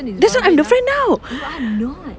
that's why I'm the friend now